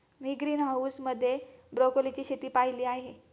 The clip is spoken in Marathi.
मी ग्रीनहाऊस मध्ये ब्रोकोलीची शेती पाहीली आहे